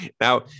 Now